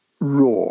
raw